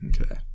Okay